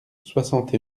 soixante